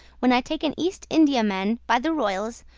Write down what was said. when i take an east indiaman by the royals,